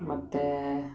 ಮತ್ತು